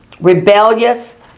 rebellious